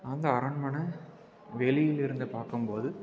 அந்த அரண்மனை வெளியிலிருந்து பார்க்கும்போது